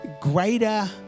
greater